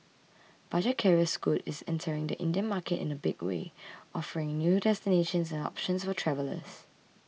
budget carrier Scoot is entering the Indian market in a big way offering new destinations and options for travellers